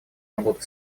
работы